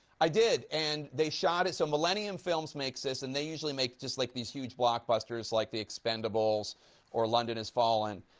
i did, and they shot it. so millennium films makes this, and they usually make like these huge block bursters like the expendables or london has fallen.